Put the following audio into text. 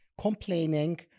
complaining